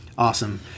Awesome